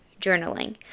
journaling